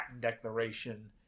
Declaration